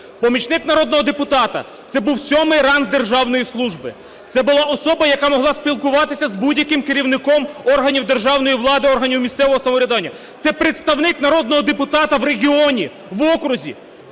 Помічник народного депутата – це був сьомий ранг державної служби, це була особа, яка могла спілкуватися з будь-яким керівником органів державної влади, органів місцевого самоврядування, це представник народного депутата в регіоні, в області.